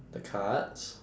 the cards